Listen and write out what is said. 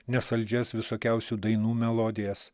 ne saldžias visokiausių dainų melodijas